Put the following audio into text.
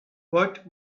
what